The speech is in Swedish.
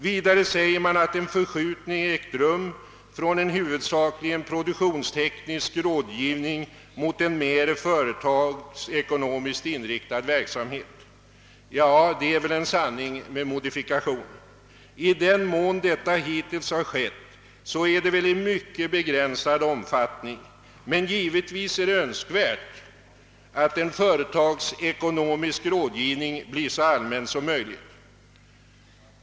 Vidare sägs att den förskjutning som ägt rum från en huvudsakligen produktionsteknisk rådgivning mot en mer företagsekonomiskt inriktad verksamhet bör fortsätta. Det är väl en sanning med modifikation. I den mån detta hittills har skett, har så varit fallet i mycket begränsad omfattning. Men det är givetvis önskvärt att en företagsekonomisk rådgivning blir så allmän som möjligt.